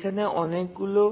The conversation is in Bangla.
এখানে অনেকগুলি